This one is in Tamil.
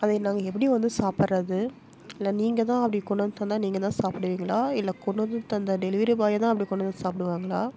அதை நாங்கள் எப்படி வந்து சாப்பிட்றது இல்லை நீங்கள் தான் அப்படி கொண்டு வந்து தந்தால் நீங்கள் தான் சாப்பிடுவீங்களா இல்லை கொண்டு வந்து தந்த டெலிவரி பாய் தான் அப்படி கொண்டு வந்து சாப்பிடுவாங்களா